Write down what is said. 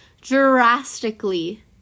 drastically